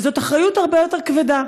וזאת אחריות הרבה יותר כבדה.